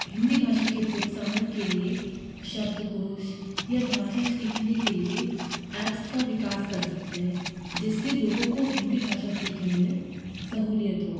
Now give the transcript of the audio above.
हिंदी भाषा के प्रोत्साहन के लिए शब्दकोष या भाषा सीखने के लिए एप्स का विकास कर सकते हैं जिससे लोगों को हिंदी भाषा सीखने में सहूलियत हो